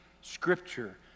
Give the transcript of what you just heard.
Scripture